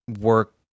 work